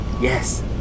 Yes